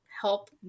help